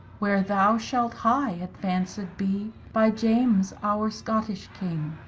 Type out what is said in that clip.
where thou shalt high advanced bee by james our scottish king.